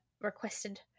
requested